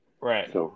Right